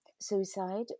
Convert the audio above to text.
Suicide